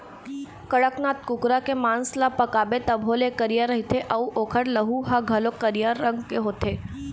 कड़कनाथ कुकरा के मांस ल पकाबे तभो ले करिया रहिथे अउ ओखर लहू ह घलोक करिया रंग के होथे